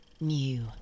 new